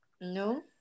No